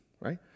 right